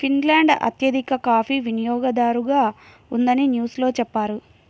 Finland అత్యధిక coffee వినియోగదారుగా ఉందని న్యూస్ లో చెప్పారు